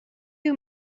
you